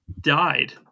died